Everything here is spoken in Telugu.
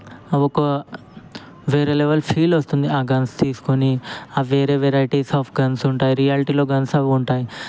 అవి ఒకా వేరే లెవల్ ఫీల్ వస్తుంది ఆ గన్స్ తీసుకొని వేరే వెరైటీస్ ఆఫ్ గన్స్ ఉంటాయి రియాల్టిలో గన్స్ అవి ఉంటాయి